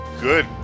Good